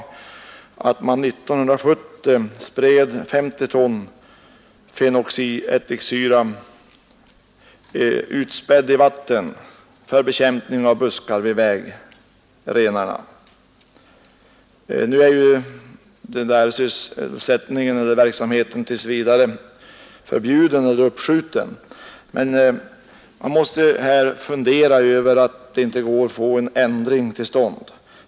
Den säger att man under år 1970 spred 50 ton fenoxiättiksyra utspädd i vatten för bekämpning av buskar vid vägrenarna. Verksamheten är tills vidare uppskjuten, men man måste här fundera över varför det inte går att få en ändring till stånd.